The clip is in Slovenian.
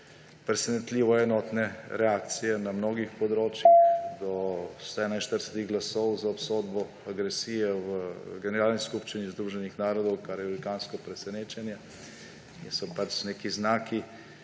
presenetljivo enotne reakcije na mnogih področjih, do 141 glasov za obsodbo agresije v Generalni skupščini Združenih narodov, kar je velikansko presenečenje, so pač neki znaki,